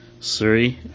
Suri